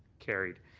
carried.